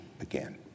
again